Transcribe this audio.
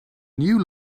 new